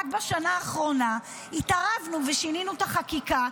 רק בשנה האחרונה התערבנו ושינינו את החקיקה,